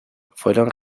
fueron